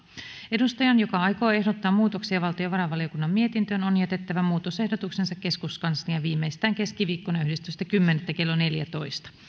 edustajan joka aikoo ehdottaa muutoksia valtiovarainvaliokunnan mietintöön on jätettävä muutosehdotuksensa keskuskansliaan viimeistään keskiviikkona yhdestoista kymmenettä kaksituhattaseitsemäntoista kello neljätoista